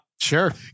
Sure